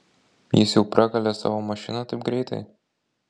jis jau prakalė savo mašiną taip greitai